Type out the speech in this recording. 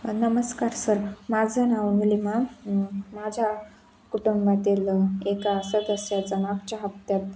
नमस्कार सर माझं नाव निलिमा माझ्या कुटुंबातील एका सदस्याचा मागच्या हप्त्यात